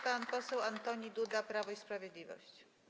Pan poseł Antoni Duda, Prawo i Sprawiedliwość.